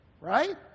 right